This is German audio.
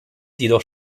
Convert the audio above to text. jedoch